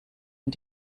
und